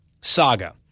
saga